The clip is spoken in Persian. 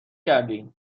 کردی